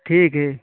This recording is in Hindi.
ठीक है